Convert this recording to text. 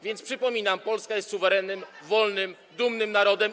Więc przypominam: Polska jest suwerennym, wolnym, dumnym narodem.